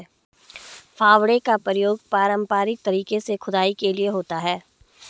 फावड़े का प्रयोग पारंपरिक तरीके से खुदाई के लिए होता है